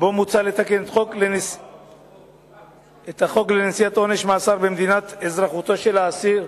שבה מוצע לתקן את החוק לנשיאת עונש מאסר במדינת אזרחותו של האסיר,